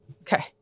Okay